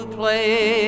play